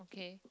okay